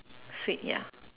sweet ya